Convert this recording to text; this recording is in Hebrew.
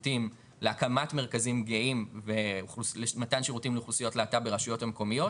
להקמת מרכזים גאים ומתן שירותים לאוכלוסיית הלהט"ב ברשויות מקומיות,